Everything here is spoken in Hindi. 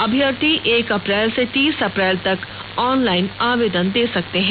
अभ्यर्थी एक अप्रैल से तीस अप्रैल तक ऑनलाइन आवेदन दे सकते हैं